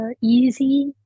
easy